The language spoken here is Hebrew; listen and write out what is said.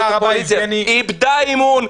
הקואליציה איבדה אימון.